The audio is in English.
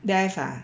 deaf ah